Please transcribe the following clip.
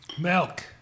milk